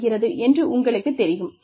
என்று உங்களுக்குத் தெரியும்